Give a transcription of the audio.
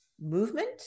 movement